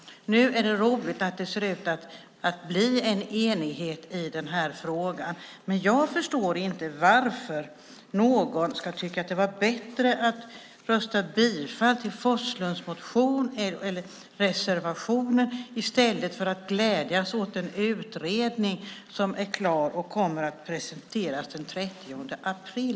Nu är det roligt att det ser ut att bli en enighet i frågan, men jag förstår inte varför någon ska tycka att det är bättre att yrka bifall till Forslunds reservation än att glädjas åt en utredning som är klar och kommer att presenteras redan den 30 april.